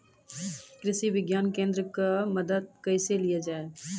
कृषि विज्ञान केन्द्रऽक से मदद कैसे लिया जाय?